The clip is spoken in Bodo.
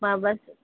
माबासो